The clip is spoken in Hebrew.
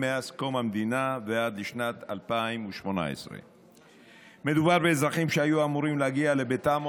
המדינה ועד שנת 2018. מדובר באזרחים שהיו אמורים להגיע לביתם,